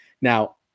Now